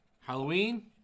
Halloween